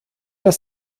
das